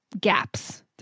gaps